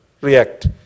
react